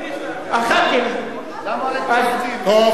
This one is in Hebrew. רבותי,